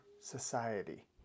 society